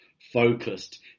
focused